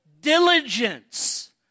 diligence